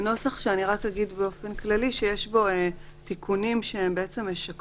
אגיד באופן כללי שיש בנוסח תיקונים שמשקפים